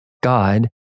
God